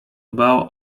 dbał